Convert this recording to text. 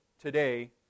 today